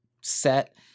set